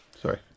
Sorry